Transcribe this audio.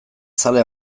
zale